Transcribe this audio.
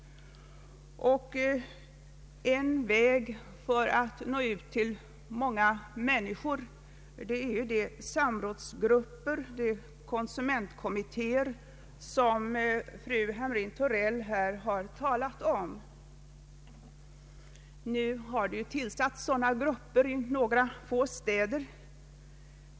En väg att nå ut till många människor är att göra detta genom de samrådsgrupper och de konsumentkommittéer som fru Hamrin-Thorell här talat om. Det har nu tillsatts sådana grupper i några få städer.